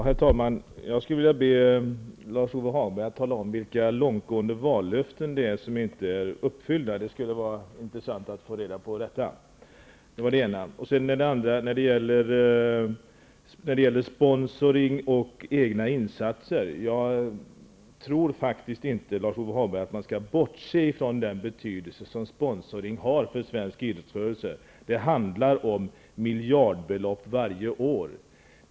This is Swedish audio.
Herr talman! Jag skulle vilja be Lars-Ove Hagberg att tala om vilka långtgående vallöften det är som inte är uppfyllda. Det skulle vara intressant att få reda på det. När det gäller sponsring och egna insatser tror jag faktiskt inte, Lars-Ove Hagberg, att man skall bortse ifrån den betydelse som sponsring har för svensk idrottsrörelse. Det handlar om miljardbelopp varje år.